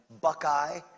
Buckeye